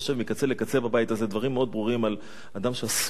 מקצה לקצה בבית הזה דברים מאוד ברורים על אדם שאסור לו,